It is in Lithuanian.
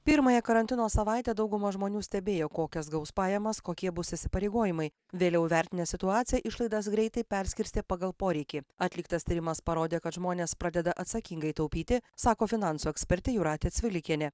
pirmąją karantino savaitę dauguma žmonių stebėjo kokias gaus pajamas kokie bus įsipareigojimai vėliau įvertinę situaciją išlaidas greitai perskirstė pagal poreikį atliktas tyrimas parodė kad žmonės pradeda atsakingai taupyti sako finansų ekspertė jūratė cvilikienė